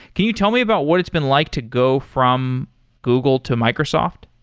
can you tell me about what it's been like to go from google to microsoft?